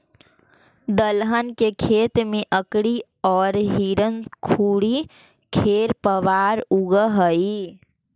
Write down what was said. दलहन के खेत में अकरी औउर हिरणखूरी खेर पतवार उगऽ हई